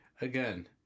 Again